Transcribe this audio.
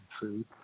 food